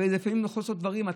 הרי לפעמים צריך לעשות דברים.